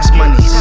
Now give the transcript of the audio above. money